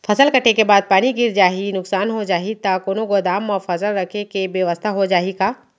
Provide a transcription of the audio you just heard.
फसल कटे के बाद पानी गिर जाही, नुकसान हो जाही त कोनो गोदाम म फसल रखे के बेवस्था हो जाही का?